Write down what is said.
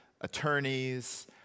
attorneys